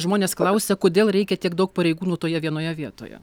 žmonės klausia kodėl reikia tiek daug pareigūnų toje vienoje vietoje